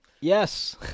Yes